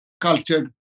cultured